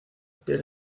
piel